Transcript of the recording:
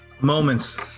moments